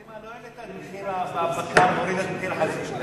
סיעת קדימה לא העלתה את מחיר הבקר והורידה את מחיר החזיר.